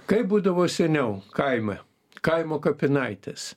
kaip būdavo seniau kaime kaimo kapinaitės